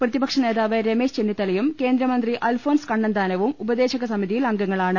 പ്രതിപക്ഷ നേതാവ് രമേശ് ചെന്നിത്തലയും കേന്ദ്ര മന്ത്രി അൽഫോൺസ് കണ്ണന്താനവും ഉപദേശകസമിതിയിൽ അംഗങ്ങളാണ്